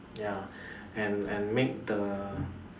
ya and and make the